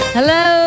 Hello